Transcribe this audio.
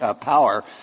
power